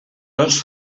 tots